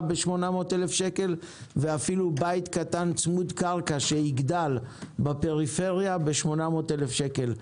ב-800,000 שקל ואפילו בית קטן צמוד קרקע שיגדל בפריפריה ב-800,000 שקל.